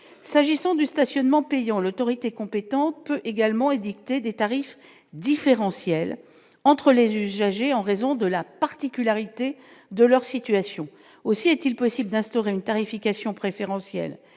s'agissant du stationnement payant l'autorité compétente peut également édicté des tarifs différentiels entre les usagers, en raison de la particularité de leur situation, aussi est-il possible d'instaurer une tarification préférentielle